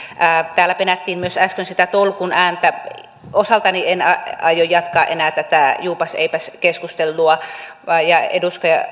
täällä penättiin myös äsken sitä tolkun ääntä osaltani en aio jatkaa enää tätä juupas eipäs keskustelua edustaja